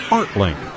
ArtLink